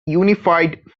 unified